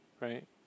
right